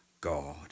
God